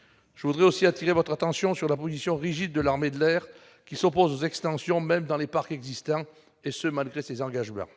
le ministre d'État, sur la position rigide de l'armée de l'air, qui s'oppose aux extensions, même dans les parcs existants, et ce malgré ses engagements.